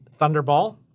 Thunderball